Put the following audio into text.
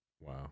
wow